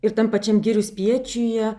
ir tam pačiam girių spiečiuje